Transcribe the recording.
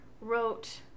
wrote